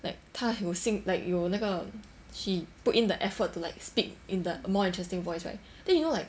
like 她有心 like 有那个 she put in the effort to like speak in the more interesting voice right then you know like